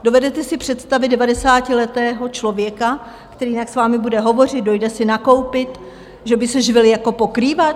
Dovedete si představit devadesátiletého člověka, který jinak s vámi bude hovořit, dojde si nakoupit, že by se živil jako pokrývač?